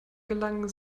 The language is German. gelangen